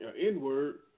N-word